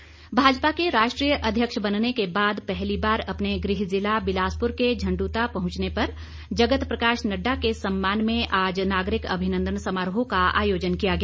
अभिनन्दन समारोह भाजपा के राष्ट्रीय अध्यक्ष बनने के बाद पहली बार अपने गृह जिला बिलासपुर के झंड़ता पहंचने पर जगत प्रकाश नड़डा के सम्मान में आज नागरिक अभिनंदन समारोह का आयोजन किया गया